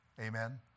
Amen